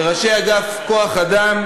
לראשי אגף כוח-אדם,